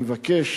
אני מבקש